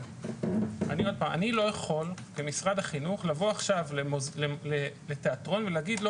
אני לא יכול כמשרד החינוך לבוא לתיאטרון ולהגיד לו